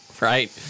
Right